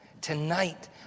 tonight